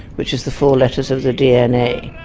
which is the four letters of the dna.